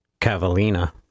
Cavallina